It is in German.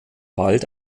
bald